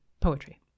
poetry